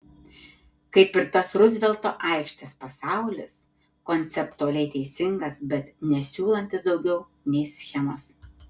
kaip ir tas ruzvelto aikštės pasaulis konceptualiai teisingas bet nesiūlantis daugiau nei schemos